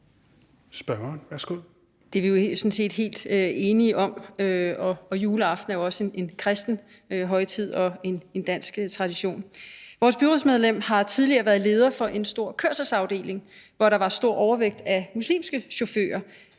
Thiesen (NB): Det er vi jo sådan set helt enige om, og juleaften er også en kristen højtid og en dansk tradition. Vores byrådsmedlem har tidligere været leder af en stor kørselsordning, hvor der var en stor overvægt af muslimske chauffører,